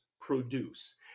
produce